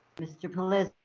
mr. pullizi?